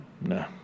No